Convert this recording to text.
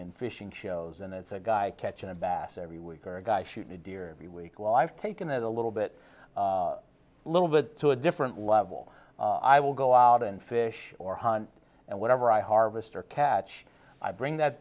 and fishing shows and it's a guy catching a bass every week or a guy shooting a deer the week well i've taken it a little bit a little bit to a different level i will go out and fish or hunt and whatever i harvest or catch i bring that